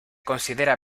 considera